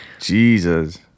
Jesus